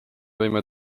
võime